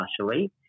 partially